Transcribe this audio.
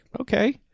okay